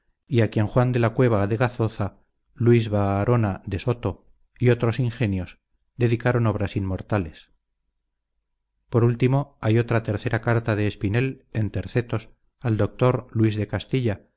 y a quien juan de la cueva de gazoza luis barahona de soto y otros ingenios dedicaron obras inmortales por último hay otra tercera carta de espinel en tercetos al doctor luis de castilla